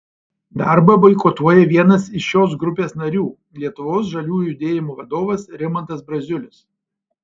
darbą boikotuoja vienas iš šios grupės narių lietuvos žaliųjų judėjimo vadovas rimantas braziulis